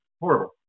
Horrible